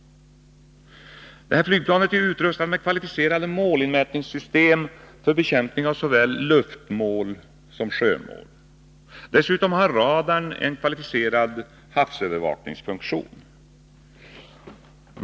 JAS är utrustat med kvalificerade målinmätningssystem för bekämpning av såväl luftmål som sjömål. Dessutom har radarn en kvalificerad havsövervakningsfunktion.